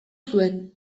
zuen